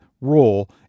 role